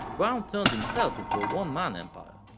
brown turned himself into a one man empire,